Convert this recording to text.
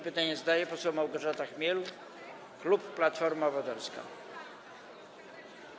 Pytanie zadaje poseł Małgorzata Chmiel, klub Platforma Obywatelska.